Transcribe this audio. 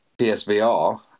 PSVR